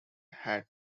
had